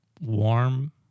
warm